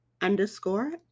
underscore